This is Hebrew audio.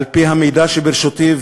על-פי המידע שברשותי,